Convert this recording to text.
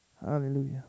Hallelujah